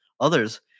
Others